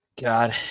God